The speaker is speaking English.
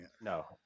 No